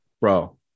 bro